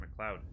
McLeod